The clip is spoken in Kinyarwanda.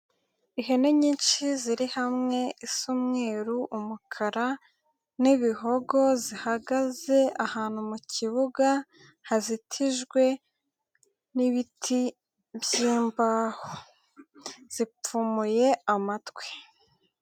Ihene nyinshi ziri hamwe, isa umweru, umukara n'ibihogo, zihagaze ahantu mu kibuga hazitijwe n'ibiti by'imbaho, zipfumuye amatwi.